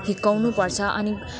हिर्काउनुपर्छ अनि